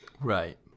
Right